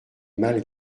mal